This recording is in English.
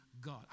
God